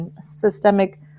systemic